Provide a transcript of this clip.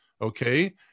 Okay